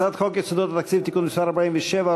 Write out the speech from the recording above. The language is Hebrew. הצעת חוק יסודות התקציב (תיקון מס' 47,